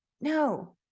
No